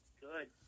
good